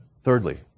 Thirdly